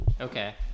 okay